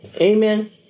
Amen